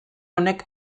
honek